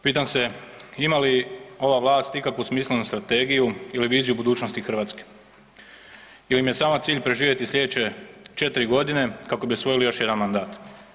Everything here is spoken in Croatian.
Pitam se ima li ova vlast ikakvu smislenu strategiju ili viziju budućnosti Hrvatske ili im je samo cilj preživjeti sljedeće četiri godine kako bi osvojili još jedan mandat?